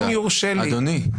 אני מבקש,